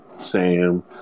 Sam